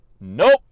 Nope